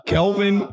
Kelvin